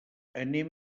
anem